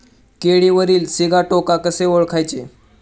केळीवरील सिगाटोका कसे ओळखायचे?